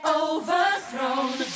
overthrown